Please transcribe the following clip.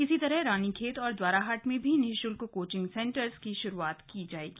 इसी तरह रानीखेत और द्वाराहाट में भी निश्ल्क कोचिंग सेंटर्स की शुरूआत की जायेगी